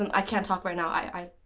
and i can't talk right now. i